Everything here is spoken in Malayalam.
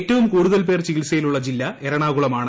ഏറ്റവും കൂടുതൽ പേർ ചികിത്സയിലുള്ള ജില്ല എറണാകുളമാണ്